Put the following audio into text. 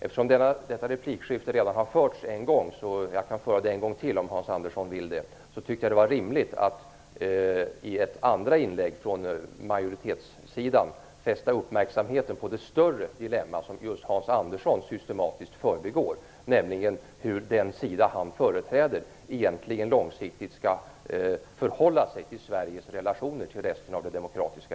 Eftersom detta replikskifte redan har förts en gång -- men jag kan föra det en gång till, om Hans Andersson vill det -- tycker jag att det var rimligt att i ett andra inlägg från majoritetssidan fästa uppmärksamheten på det större dilemma som Hans Andersson systematiskt förbigår, nämligen hur den sida han företräder långsiktigt skall förhålla sig till Sveriges relationer till resten av det demokratiska